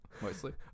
Mostly